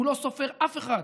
הוא לא סופר אף אחד,